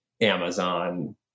Amazon